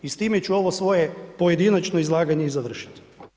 I s time ću ovo svoje pojedinačno izlaganje i završiti.